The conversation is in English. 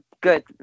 good